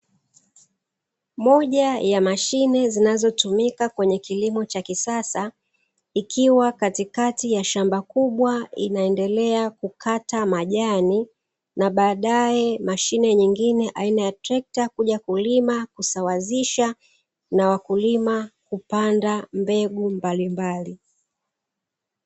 Moja ya mashine zinazotumika kwenye kilimo cha kisasa, ikiwa katikati ya shamba kubwa, inaendelea kukata majani na baadae mashine nyingine aina ya trekta kuja kulima, kusawazisha na wakulima kupanda mbegu mbalimbali.